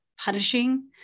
punishing